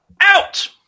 out